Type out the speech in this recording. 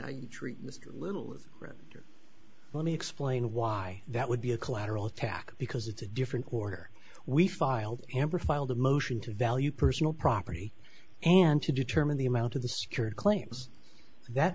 how you treat this little let me explain why that would be a collateral attack because it's a different order we filed amber filed a motion to value personal property and to determine the amount of the security claims that